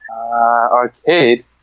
Arcade